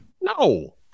No